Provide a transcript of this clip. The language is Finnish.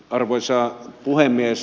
arvoisa puhemies